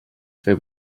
fer